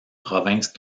provinces